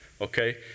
okay